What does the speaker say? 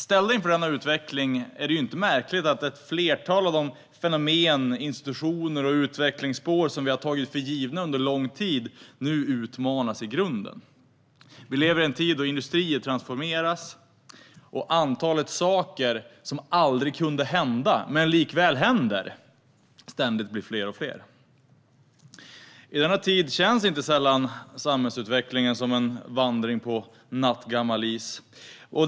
Ställda inför denna utveckling är det inte märkligt att ett flertal av de fenomen, institutioner och utvecklingsspår vi tagit för givna under lång tid nu utmanas i grunden. Vi lever i en tid då industrier transformeras och antalet saker som aldrig kunde hända men likväl händer ständigt blir fler och fler. I denna tid känns samhällsutvecklingen inte sällan som en vandring på nattgammal is.